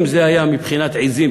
אם זה היה בבחינת עזים,